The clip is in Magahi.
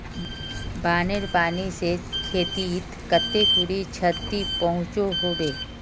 बानेर पानी से खेतीत कते खुरी क्षति पहुँचो होबे?